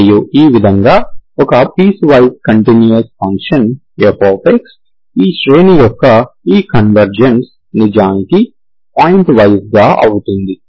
మరియు ఈ విధంగా ఒక పిసువైస్ కంటిన్యూస్ ఫంక్షన్ f ఈ శ్రేణి యొక్క ఈ కన్వర్జెన్స్ నిజానికి పాయింట్ వైజ్ గా అవుతుంది